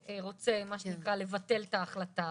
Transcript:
שרוצה, מה שנקרא, לבטל את ההחלטה,